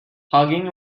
hugging